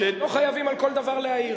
לא חייבים על כל דבר להעיר.